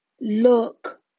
look